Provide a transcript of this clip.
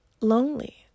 lonely